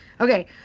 Okay